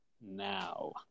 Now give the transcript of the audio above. now